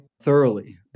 thoroughly